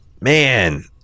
man